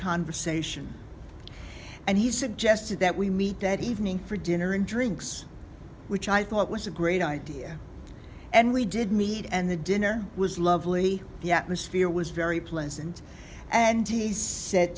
conversation and he suggested that we meet that evening for dinner and drinks which i thought was a great idea and we did meet and the dinner was lovely the atmosphere was very pleasant and he said